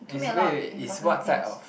he told me a lot of important things